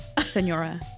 Senora